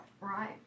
Right